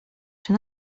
się